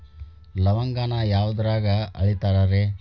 ಲವಂಗಾನ ಯಾವುದ್ರಾಗ ಅಳಿತಾರ್ ರೇ?